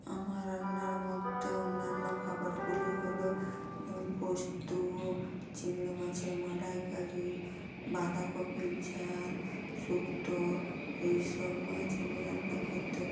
আমার রান্নার মধ্যে অন্যান্য খাবারগুলি হল যেমন পোস্ত চিংড়ি মাছের মালাইকারি বাঁধাকপির ঝাল শুক্তো এইসব মাছ আমি রান্না করতে